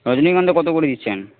রজনীগন্ধা কত করে দিচ্ছেন